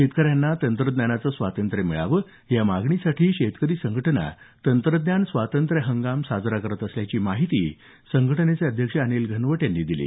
शेतकऱ्यांना तंत्रज्ञानाचं स्वातंत्र्य मिळावं या मागणीसाठी शेतकरी संघटना तंत्रज्ञान स्वातंत्र्य हंगाम साजरा करत असल्याची माहिती शेतकरी संघटनेचे अध्यक्ष अनिल घनवट यांनी दिली